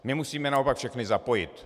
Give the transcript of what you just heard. Musíme naopak všechny zapojit.